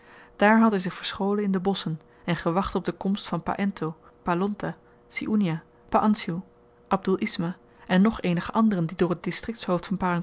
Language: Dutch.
daar had hy zich verscholen in de bosschen en gewacht op de komst van pa ento pa lontah si oeniah pa ansioe abdoel isma en nog eenige anderen die door het